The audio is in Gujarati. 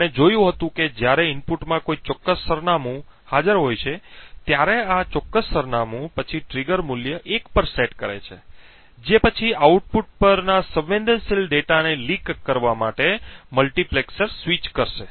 આપણે જોયું હતું કે જ્યારે ઇનપુટમાં કોઈ ચોક્કસ સરનામું કેવી રીતે હાજર હોય છે ત્યારે આ વિશિષ્ટ સરનામું પછી ટ્રિગર મૂલ્ય 1 પર સેટ કરે છે જે પછી આઉટપુટ પર સંવેદનશીલ ડેટાને લીક કરવા માટે મલ્ટિપ્લેક્સર સ્વિચ કરશે